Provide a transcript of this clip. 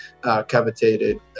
cavitated